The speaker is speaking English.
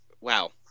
wow